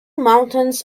mountains